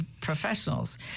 professionals